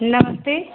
नमस्ते